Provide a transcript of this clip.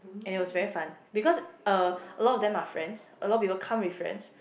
and it was very fun because uh a lot of them are friends a lot people come with friends